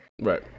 Right